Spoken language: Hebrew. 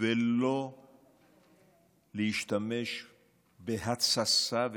ולא להשתמש בהתססה ובשיסוי,